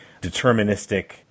deterministic